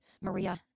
Maria